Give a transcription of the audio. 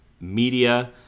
media